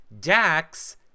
Dax